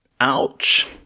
Ouch